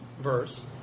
verse